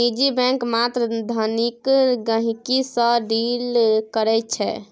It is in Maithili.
निजी बैंक मात्र धनिक गहिंकी सँ डील करै छै